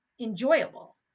enjoyable